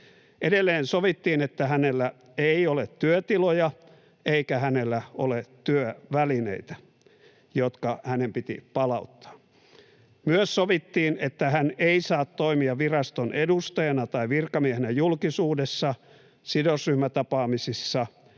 Edelleen sovittiin, että hänellä ei ole työtiloja eikä hänellä ole työvälineitä, ne hänen piti palauttaa. Myös sovittiin, että hän ei saa toimia viraston edustajana tai virkamiehenä julkisuudessa, sidosryhmätapaamisissa